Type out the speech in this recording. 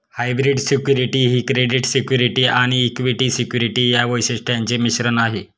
hybrid security ही credit security आणि equity security या वैशिष्ट्यांचे मिश्रण आहे